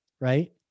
right